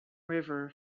river